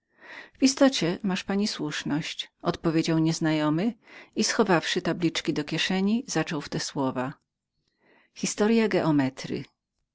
w istocie masz pani słuszność odpowiedział nieznajomy i schowawszy tabliczki do kieszeni zaczął w te słowa